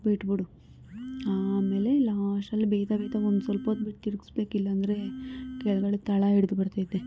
ಬಿಟ್ಬಿಡು ಆಮೇಲೆ ಲಾಸ್ಟಲ್ಲಿ ಬೇಯ್ತಾ ಬೇಯ್ತಾ ಒಂದ್ಸ್ವಲ್ಪ ಹೊತ್ತು ಬಿಟ್ಟು ತಿರ್ಗಿಸ್ಬೇಕು ಇಲ್ಲಾಂದ್ರೆ ಕೆಳಗಡೆ ತಳ ಹಿಡ್ದು ಬಿಡ್ತೈತೆ